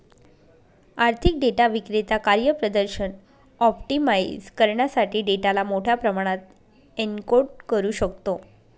आर्थिक डेटा विक्रेता कार्यप्रदर्शन ऑप्टिमाइझ करण्यासाठी डेटाला मोठ्या प्रमाणात एन्कोड करू शकतो